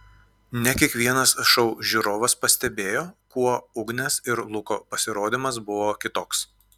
ne kiekvienas šou žiūrovas pastebėjo kuo ugnės ir luko pasirodymas buvo kitoks